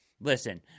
listen